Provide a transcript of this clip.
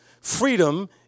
Freedom